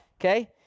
okay